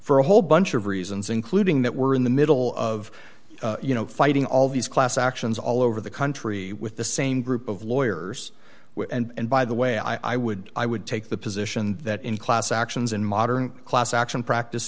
for a whole bunch of reasons including that we're in the middle of you know fighting all these class actions all over the country with the same group of lawyers with and by the way i would i would take the position that in class actions in modern class action practice